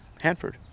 Hanford